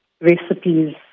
recipes